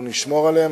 אנחנו נשמור עליהם.